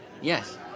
Yes